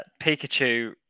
Pikachu